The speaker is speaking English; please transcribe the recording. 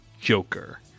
Joker